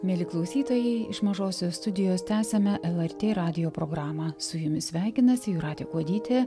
mieli klausytojai iš mažosios studijos tęsiame lrt radijo programą su jumis sveikinasi jūratė kuodytė